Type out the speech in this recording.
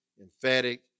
emphatic